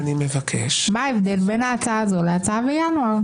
מה ההבדל בין ההצעה הזאת להצעה בינואר?